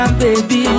baby